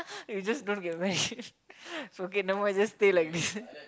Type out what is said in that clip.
you just don't get married okay never mind just stay like this